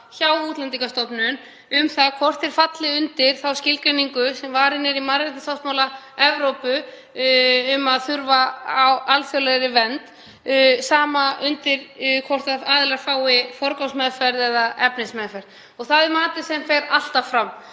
hjá Útlendingastofnun um það hvort þeir falli undir þá skilgreiningu sem varin er í mannréttindasáttmála Evrópu um að þurfa á alþjóðlegri vernd að halda sama hvort aðilar fá forgangsmeðferð eða efnismeðferð. Það er matið sem fer alltaf fram.